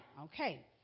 okay